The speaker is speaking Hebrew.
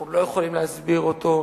אנחנו לא יכולים להסביר אותו,